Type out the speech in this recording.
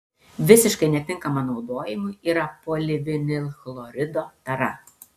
visiškai netinkama naudojimui yra polivinilchlorido tara